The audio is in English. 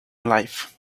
life